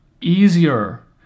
easier